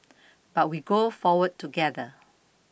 but we go forward together